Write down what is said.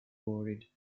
worried